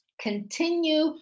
continue